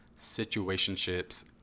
situationships